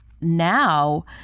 now